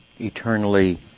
eternally